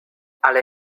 ale